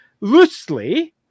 loosely